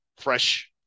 Fresh